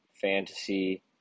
fantasy